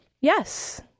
Yes